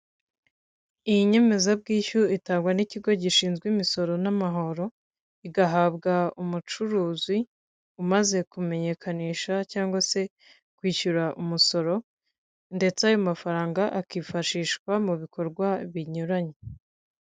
Iyi nyemezabwishyu itangwa n'ikigo gishinzwe imisoro n'amahoro, igahabwa umucuruzi umaze kumenyekanisha cyangwa se kwishyura umusoro, ndetse ayo mafaranga akifashishwa mu bikorwa binyuranye.